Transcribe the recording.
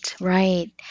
Right